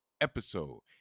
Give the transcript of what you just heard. episode